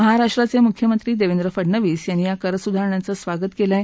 महाराष्ट्राचे मुख्यमंत्री देवेंद्र फडणवीस यांनी या कर सुधारणांचं स्वागत केलं आहे